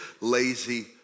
lazy